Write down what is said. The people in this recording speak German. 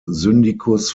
syndikus